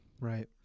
Right